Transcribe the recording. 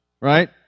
right